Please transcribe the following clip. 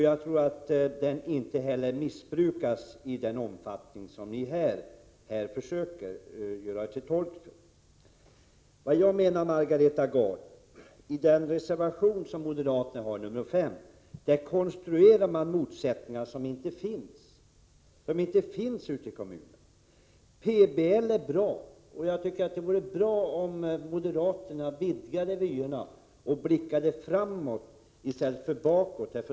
Jag tror inte heller att den missbrukas i den omfattning som ni här försöker göra gällande. I moderaternas reservation nr 5 t.ex., Margareta Gard, konstruerar man motsättningar som inte finns ute i kommunerna. PBL är bra, och jag tycker att det vore bra om moderaterna vidgade vyerna och blickade framåt i stället för bakåt.